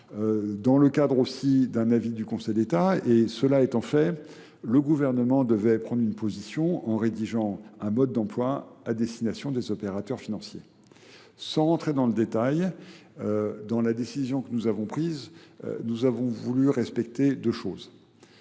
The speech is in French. dans le cadre aussi d'un avis du Conseil d'État. Et cela étant fait, le gouvernement devait prendre une position en rédigeant un mode d'emploi à destination des opérateurs financiers. Sans entrer dans le détail, dans la décision que nous avons prise, nous avons voulu respecter deux choses.